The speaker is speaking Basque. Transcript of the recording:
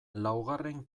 laugarren